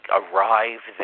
arrive